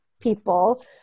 people